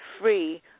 free